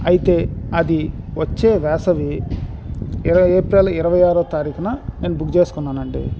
అయితే అది వచ్చే వేసవి ఇరవై ఏప్రిల్ ఇరవై ఆరో తారీఖున నేను బుక్ చేసుకున్నానండి